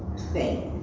thing.